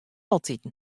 altiten